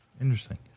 Interesting